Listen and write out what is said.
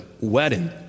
wedding